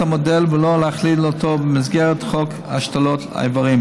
המודל ולא להכליל אותו במסגרת חוק השתלות איברים.